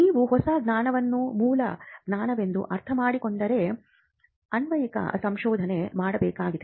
ನೀವು ಹೊಸ ಜ್ಞಾನವನ್ನು ಮೂಲ ಜ್ಞಾನವೆಂದು ಅರ್ಥಮಾಡಿಕೊಂಡರೆ ಅನ್ವಯಿಕ ಸಂಶೋಧನೆ ಮಾಡಬೇಕಾಗಿದೆ